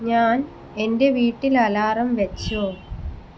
ഞാൻ എന്റെ വീട്ടിൽ അലാറം വെച്ചോ